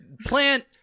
plant